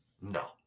No